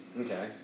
Okay